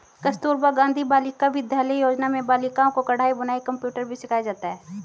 कस्तूरबा गाँधी बालिका विद्यालय योजना में बालिकाओं को कढ़ाई बुनाई कंप्यूटर भी सिखाया जाता है